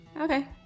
Okay